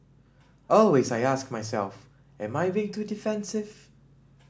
always I ask myself am I being too defensive